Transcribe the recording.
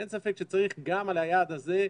אין ספק שצריך גם על היעד הזה,